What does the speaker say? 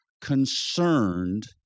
concerned